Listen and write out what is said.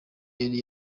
yari